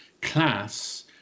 Class